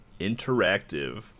Interactive